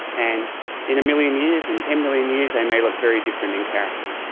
and in a million years, in ten million years they may look very different in character.